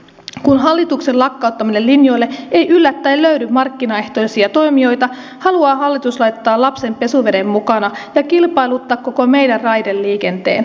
kun hallituksen lakkauttamille linjoille ei yllättäen löydy markkinaehtoisia toimijoita haluaa hallitus laittaa lapsen pesuveden mukana ja kilpailuttaa koko meidän raideliikenteen